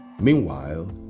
Meanwhile